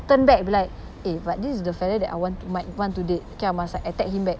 turn back and be like eh but this is the fella that I want to might want to date okay I must like attack him back